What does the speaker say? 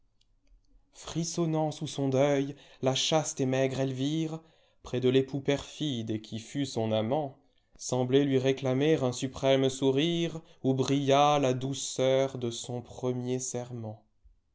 frissonnant sous son deuil la chaste et maigre elvire près de l'époux perfide et qui fut son amant semblait lui réclamer un suprême sourireoù brillât la douceur de son premier serment